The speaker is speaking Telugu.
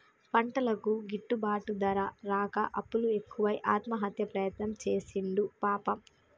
పంటలకు గిట్టుబాటు ధర రాక అప్పులు ఎక్కువై ఆత్మహత్య ప్రయత్నం చేసిండు పాపం